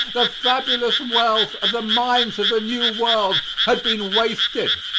the fabulous wealth of the mines of the new world had been wasted,